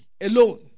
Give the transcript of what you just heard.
alone